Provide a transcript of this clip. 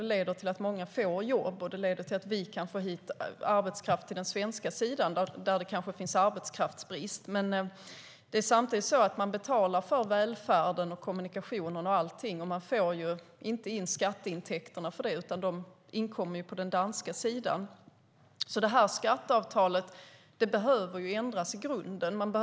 Det leder till att många får jobb och att vi får hit arbetskraft till den svenska sidan där det kanske finns arbetskraftsbrist. Samtidigt betalar man för välfärden och kommunikationerna, och man får inte in skatteintäkterna. De inkommer på den danska sidan. Skatteavtalet behöver ändras i grunden.